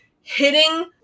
hitting